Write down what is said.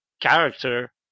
character